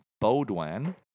Baudouin